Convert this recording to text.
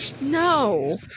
No